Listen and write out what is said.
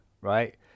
right